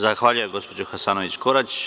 Zahvaljujem gospođo Hasanović Korać.